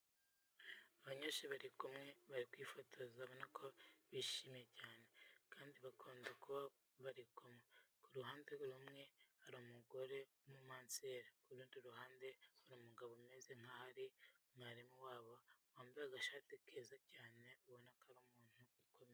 Abanyeshuri bari kumwe bari kwifotoza ubona ko bishimye cyane kandi bakunda kuba bari kumwe. Ku ruhande rumwe hari umugore w'umumansera, ku rundi ruhande hari umugabo umeze nk'aho ari mwarimu wabo yambaye agashati keza cyane ubona ko ari umuntu ukomeye.